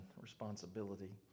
responsibility